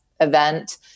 event